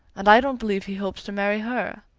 and i don't believe he hopes to marry her.